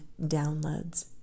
downloads